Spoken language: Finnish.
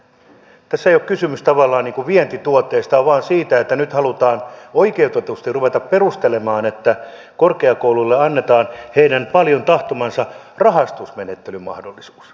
tässä ei ole kysymys tavallaan vientituotteesta vaan siitä että nyt halutaan oikeutetusti ruveta perustelemaan että korkeakouluille annetaan heidän paljon tahtomansa rahastusmenettelymahdollisuus